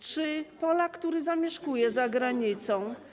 Czy Polak, który zamieszkuje za granicą.